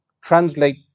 translate